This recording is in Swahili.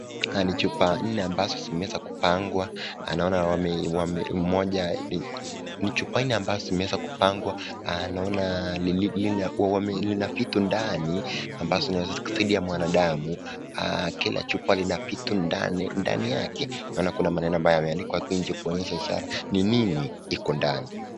Haya ni chupa nne ambayo zimeweza kupangwa, naona lina vitu ndani ambazo zinaweza zikasaidia mwanadamu, kila chupa lina vitu ndani, ndani yake naona kuna maneno ambayo yameandikwa nje kuonyesha ishara ni nini iko ndani.